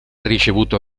ricevuto